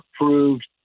approved